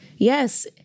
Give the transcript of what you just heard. Yes